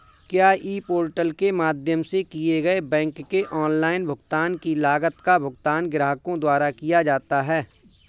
क्या e portal के माध्यम से किए गए बैंक के ऑनलाइन भुगतान की लागत का भुगतान ग्राहकों द्वारा किया जाता है?